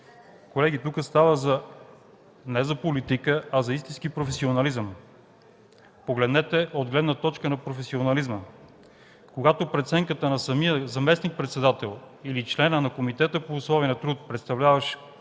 Колеги, тук става въпрос не за политика, а за истински професионализъм. Погледнете от гледна точка на професионализма, когато преценката на самия заместник-председател или на члена на комитета по условия на труд, представляващ